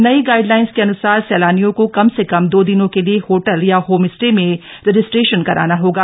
नई गाइडलाइन के अनुसार सैलानियों को कम से कम दो दिनों के लिए होटल या होम स्टे में रजिस्ट्रेशन कराना होगा